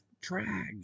drag